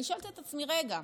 אני שואלת את עצמי: רגע,